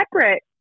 separate